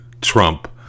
Trump